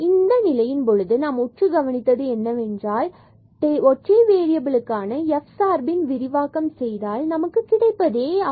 இந்த நிலையின் பொழுது நாம் உற்று கவனித்தது என்னவென்றால் ஒற்றை வேறியபில்களுக்கான f சார்பை விரிவாக்கம் செய்தால் நமக்கு கிடைப்பதே ஆகும்